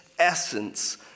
Essence